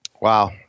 Wow